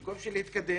במקום שנתקדם,